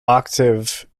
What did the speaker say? octave